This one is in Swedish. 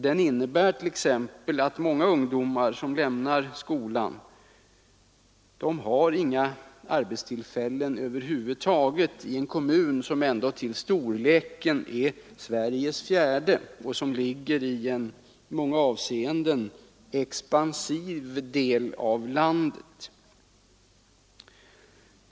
Den innebär t.ex. att för många ungdomar som lämnar skolan finns det inga arbetstillfällen över huvud taget i en kommun som ändå till storleken är Sveriges fjärde och som ligger i en i många avseenden expansiv del av landet.